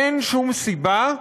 אין שום סיבה,